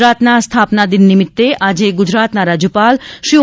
ગુજરાતના સ્થાપના દિન નિમિત્તે આજે ગુજરાતના રાજ્યપાલશ્રી ઓ